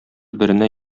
беренә